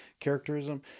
characterism